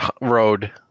road